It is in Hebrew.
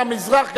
גם מזרח,